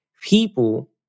people